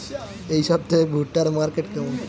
এই সপ্তাহে ভুট্টার মার্কেট কেমন?